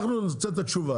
אנחנו נרצה את התשובה,